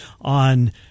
on